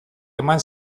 eman